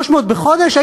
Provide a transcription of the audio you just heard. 300 בחודש,